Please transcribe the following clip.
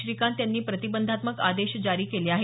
श्रीकांत यांनी प्रतिबंधात्मक आदेश जारी केले आहेत